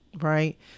Right